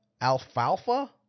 Alfalfa